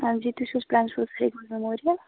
ہاں جی تُہی چھِ حظ کرٛنٛچ میٚمورِیَل